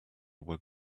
were